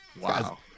Wow